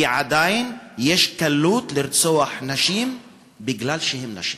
כי עדיין יש קלות ברצח נשים מפני שהן נשים.